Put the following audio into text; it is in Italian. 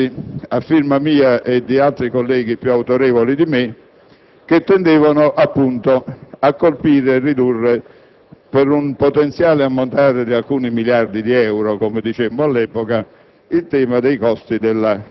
una serie di emendamenti, a firma mia e di altri colleghi più autorevoli di me, che tendevano appunto a colpire e ridurre per un potenziale ammontare di alcuni miliardi di euro - come dicemmo all'epoca